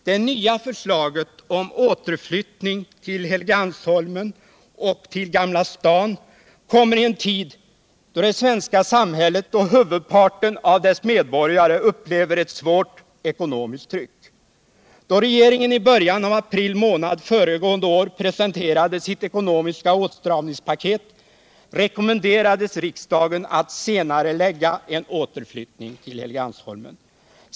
Det nya förslaget om återflyttning till Helgeandsholmen och till Gamla stan kommer i en tid då det svenska samhället och huvudparten av dess medborgare upplever ett svårt ekonomiskt tryck. Då regeringen i början av rekommenderades riksdagen att senarelägga en återflyttning till Helgeandsholmen.